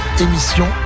émission